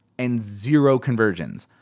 and zero conversions.